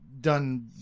done